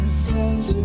friends